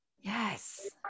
Yes